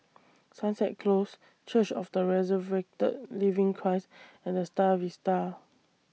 Sunset Close Church of The Resurrected Living Christ and The STAR Vista